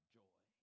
joy